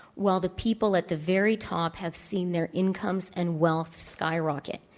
while the people at the very top have seen their incomes and wealth skyrocket.